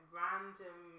random